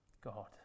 God